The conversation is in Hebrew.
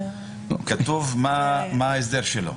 כתוב מה ההסדר שלו,